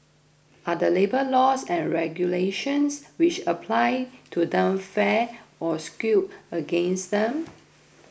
are the labour laws and regulations which apply to them fair or skewed against them